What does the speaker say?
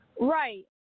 Right